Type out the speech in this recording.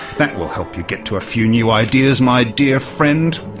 that will help you get to a few new ideas my dear friend.